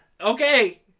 okay